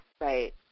Right